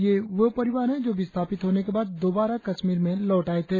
यह वो परिवार हैं जो विस्थापित होने के बाद दोबारा कश्मीर लौट आये थे